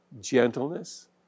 gentleness